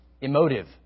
Emotive